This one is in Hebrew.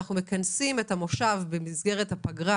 אנחנו מכנסים את הישיבה במסגרת הפגרה